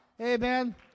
Amen